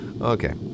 Okay